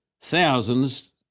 Thousands